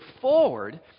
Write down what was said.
forward